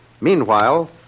Meanwhile